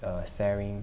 uh starring